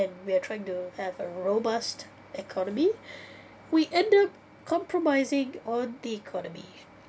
we are trying to have a robust economy we end up compromising on the economy